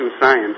science